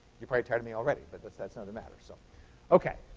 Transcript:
you probably tired of me already, but that's that's another matter. so ok.